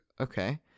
okay